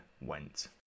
went